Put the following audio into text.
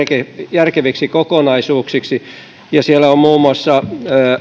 järkeviksi kokonaisuuksiksi ja siellä on nytten muun muassa